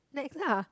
next lah